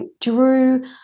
drew